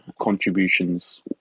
contributions